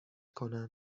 کنند